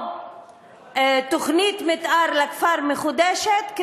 או תוכנית מתאר מחודשת לכפר,